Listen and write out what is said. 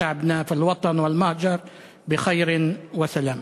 במולדת ובארצות הניכר אושר וברכות, הצלחה ושלום).